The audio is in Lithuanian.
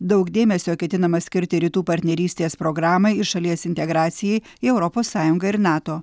daug dėmesio ketinama skirti rytų partnerystės programai ir šalies integracijai į europos sąjungą ir nato